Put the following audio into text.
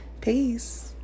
Peace